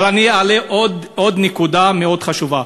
אבל אני אעלה עוד נקודה מאוד חשובה: